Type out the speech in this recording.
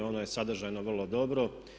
Ono je sadržajno vrlo dobro.